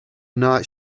night